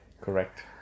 Correct